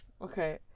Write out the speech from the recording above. Okay